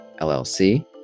LLC